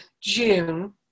June